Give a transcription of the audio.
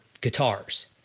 guitars